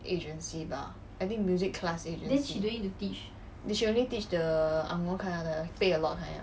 agency bah I think music class agency she only teach the ang moh pay a lot kind